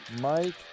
Mike